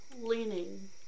Leaning